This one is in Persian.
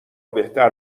بهتر